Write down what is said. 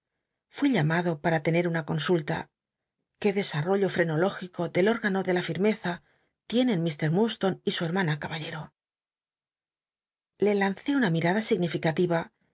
fui llamado para tener una consulla qué dcsarrollo frenológico del órgano de la fi l'mcza tienen mi iiurdstone y su hermana caballero f e lancé una mirada significativa